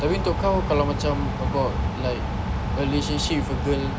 tapi untuk kau kalau macam about like relationship with a girl